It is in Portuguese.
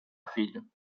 filho